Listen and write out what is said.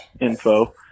info